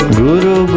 guru